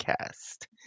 cast